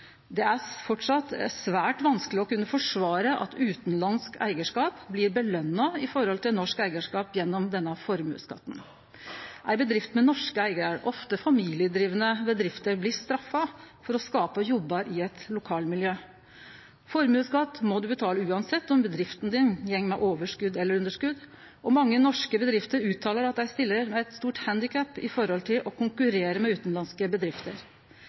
Det er framleis svært vanskeleg å kunne forsvare at utanlandsk eigarskap blir påskjønt i forhold til norsk eigarskap gjennom denne formuesskatten. Ei bedrift med norske eigarar, ofte familiedrivne bedrifter, blir straffa for å skape jobbar i eit lokalmiljø. Formuesskatt må ein betale uansett om bedrifta går med overskot eller med underskot, og mange norske bedriftseigarar uttalar at dei stiller med eit stort handikap når det gjeld å konkurrere med utanlandske bedrifter.